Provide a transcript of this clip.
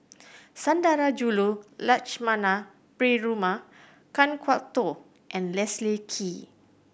Sundarajulu Lakshmana Perumal Kan Kwok Toh and Leslie Kee